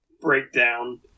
breakdown